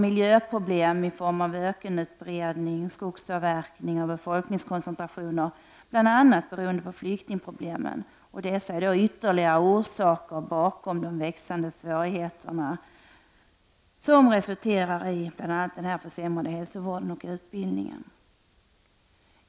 Miljöproblem i form av ökenutbredning, skogsavverkning och befolkningskoncentrationer, beroende bl.a. på flyktingproblem, är ytterligare orsaker bakom de växande svårigheterna, som resulterat i bl.a. försämrad hälsovård och utbildning.